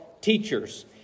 teachers